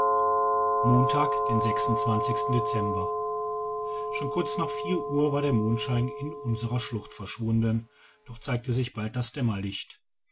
montag den dezember schon kurz nach uhr war der mondschein in unserer schlucht verschwunden doch zeigte sich bald das dämmerlicht